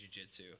jujitsu